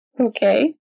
Okay